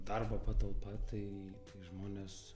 darbo patalpa tai žmonės